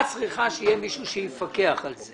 את צריכה שיהיה מישהו שיפקחו על זה.